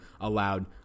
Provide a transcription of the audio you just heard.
allowed